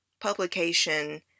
publication